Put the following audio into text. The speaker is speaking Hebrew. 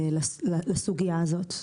לסוגיה הזאת.